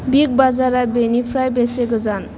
big बाजारा बेनिफ्राय बेसे गोजान